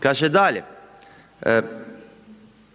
Kaže dalje,